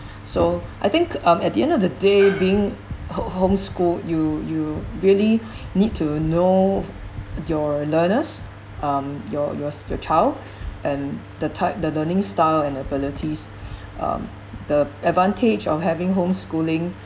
so I think um at the end of the day being home~ homeschooled you you really need to know your learners um your yours your child and the type the learning style and abilities um the advantage of having homeschooling